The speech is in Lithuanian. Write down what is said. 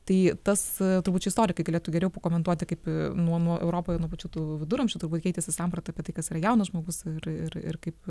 tai tas turbūt čia istorikai galėtų geriau pakomentuoti kaip nuo nuo europoje nuo pačių tų viduramžių turbūt keitėsi samprata apie tai kas yra jaunas žmogus ir ir ir kaip